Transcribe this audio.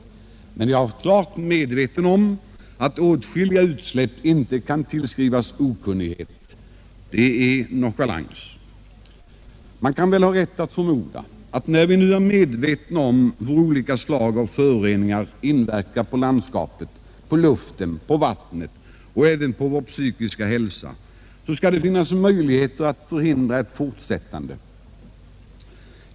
Jag är emellertid också klart medveten om att åtskilliga utsläpp inte kan tillskrivas okunnighet utan är bevis på nonchalans. Man kan väl ha rätt att förmoda att vi, när vi blivit medvetna om hur olika slag av föroreningar inverkar på landskapet, på luften, på vattnet och även på vår psykiska hälsa, skall kunna finna möjligheter att förhindra ett fortsättande av deras utbredning.